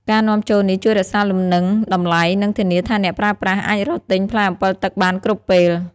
ការនាំចូលនេះជួយរក្សាលំនឹងតម្លៃ និងធានាថាអ្នកប្រើប្រាស់អាចរកទិញផ្លែអម្ពិលទឹកបានគ្រប់ពេល។